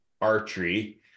archery